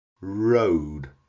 Road